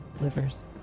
...livers